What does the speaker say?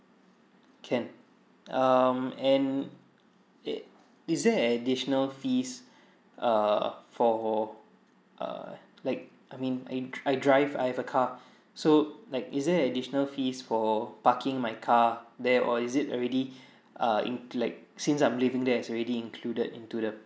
can um and eh is there an additional fees uh for err like I mean I dr~ I drive I have a car so like is there additional fees for parking my car there or is it already uh in like since I'm living there it's already included into the